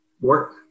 work